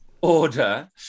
order